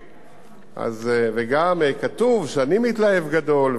וגם כתוב שאני מתלהב גדול, ואחר, וכו'.